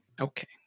Okay